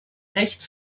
recht